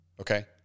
okay